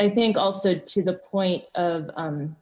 i think also to the point of